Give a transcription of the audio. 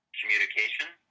communication